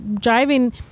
driving—